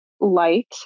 light